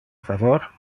favor